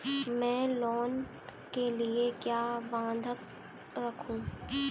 मैं लोन के लिए क्या बंधक रखूं?